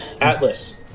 Atlas